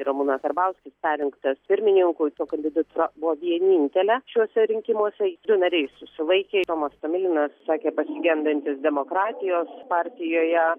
tai ramūna karbauskis perrinktas pirmininku jo kandidatūra buvo vienintelė šiuose rinkimuose du nariai susilaikė tomas tomilinas sakė pasigendantis demokratijos partijoje